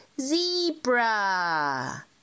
zebra